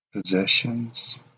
Possessions